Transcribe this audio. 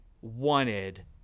wanted